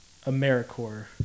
americorps